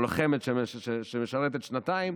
או לוחמת שמשרתת שנתיים,